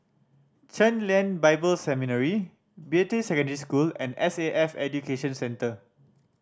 Chen Lien Bible Seminary Beatty Secondary School and S A F Education Center